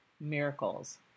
miracles